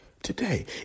Today